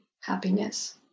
happiness